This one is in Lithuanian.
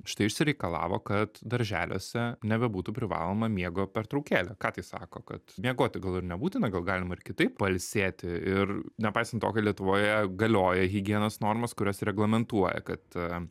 štai išsireikalavo kad darželiuose nebebūtų privaloma miego pertraukėlė ką tai sako kad miegoti gal ir nebūtina gal galima ir kitaip pailsėti ir nepaisant to kad lietuvoje galioja higienos normos kurios reglamentuoja kad